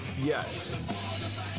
Yes